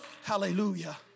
Hallelujah